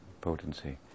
potency